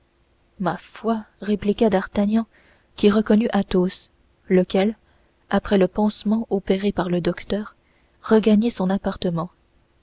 ma foi répliqua d'artagnan qui reconnut athos lequel après le pansement opéré par le docteur regagnait son appartement